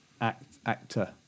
actor